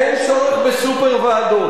אין צורך בסופר-ועדות.